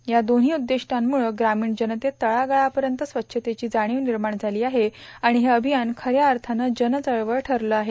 या दोव्ही उद्दिष्टांमुळं ग्रामीण जनतेत तळागाळापर्यंत स्वच्छतेची जाणीव निर्माण झाली आहे आणि हे अभियान खऱ्या अर्थानं जन चळवळ ठरलं आहे